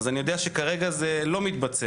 אז אני יודע שכרגע זה לא מתבצע.